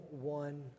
one